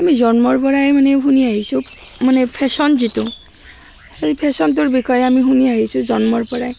আমি জন্মৰ পৰাই মানে শুনি আহিছোঁ মানে ফেশ্বন যিটো সেই ফেশ্বনটোৰ বিষয়ে আমি শুনি আহিছোঁ জন্মৰ পৰাই